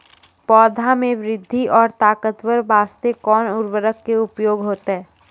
पौधा मे बृद्धि और ताकतवर बास्ते कोन उर्वरक के उपयोग होतै?